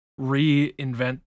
reinvent